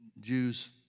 Jews